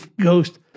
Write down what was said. ghost